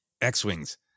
X-Wings